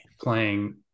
playing